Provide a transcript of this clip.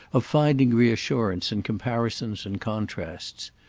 of finding reassurance in comparisons and contrasts?